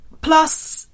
Plus